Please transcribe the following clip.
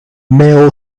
mail